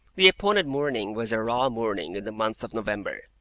the appointed morning was a raw morning in the month of november.